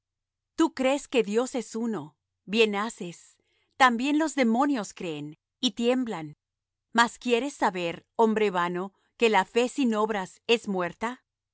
tú crees que dios es uno bien haces también los demonios creen y tiemblan mas quieres saber hombre vano que la fe sin obras es muerta